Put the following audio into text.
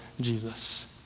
Jesus